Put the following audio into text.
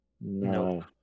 No